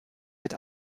mit